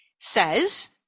says